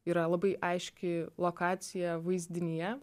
yra labai aiški lokacija vaizdinyje